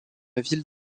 ville